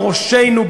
על ראשינו,